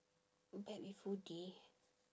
black with hoodie